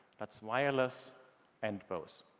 that's wireless and bose.